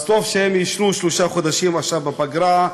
אז טוב שהם יישנו שלושה חודשים עכשיו, בפגרה.